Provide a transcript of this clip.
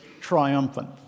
triumphant